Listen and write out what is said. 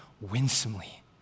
winsomely